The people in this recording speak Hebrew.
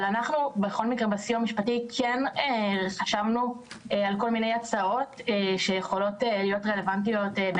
אחרי שישבנו וחשבנו ביחד עם הגורמים הרלבנטיים,